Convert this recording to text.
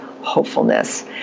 hopefulness